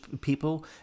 people